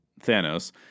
Thanos